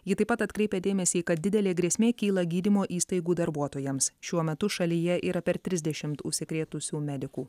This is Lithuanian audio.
ji taip pat atkreipia dėmesį kad didelė grėsmė kyla gydymo įstaigų darbuotojams šiuo metu šalyje yra per trisdešimt užsikrėtusių medikų